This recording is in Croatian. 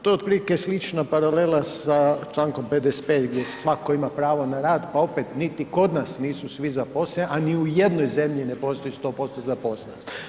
To je otprilike slična paralela sa čl. 55 gdje svatko ima pravo na rad pa opet niti kod nas nisu svi zaposleni a ni u jednoj zemlji ne postoji zaposlenost.